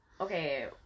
Okay